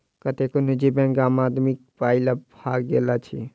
कतेको निजी बैंक आम आदमीक पाइ ल क भागि गेल अछि